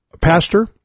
Pastor